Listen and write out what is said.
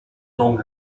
long